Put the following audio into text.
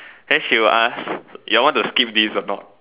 then she will ask you all want to skip this or not